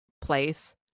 place